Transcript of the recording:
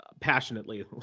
passionately